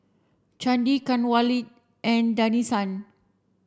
Chandi Kanwaljit and Danesan